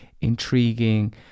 intriguing